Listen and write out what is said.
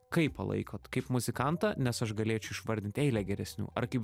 kaip palaikot kaip muzikantą nes aš galėčiau išvardint eilę geresnių ar kaip